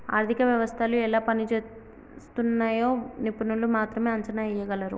ఆర్థిక వ్యవస్థలు ఎలా పనిజేస్తున్నయ్యో నిపుణులు మాత్రమే అంచనా ఎయ్యగలరు